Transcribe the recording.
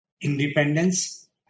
independence